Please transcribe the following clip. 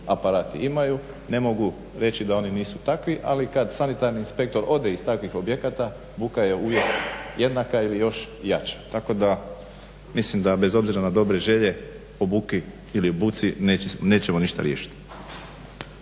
aparati imaju. Ne mogu reći da oni nisu takvi, ali kada sanitarni inspektor od iz takvih objekata buka je uvijek jednaka ili još jača. Tako da, mislim da bez obzira na dobre želje o buki ili buci nećemo ništa riješiti.